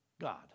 God